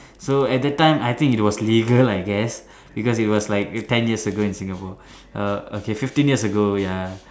so at the time I think it was legal I guess because it was like ten years ago in Singapore err fifteen years ago ya